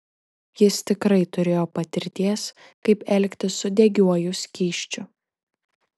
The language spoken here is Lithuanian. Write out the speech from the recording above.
jis tikrai turėjo patirties kaip elgtis su degiuoju skysčiu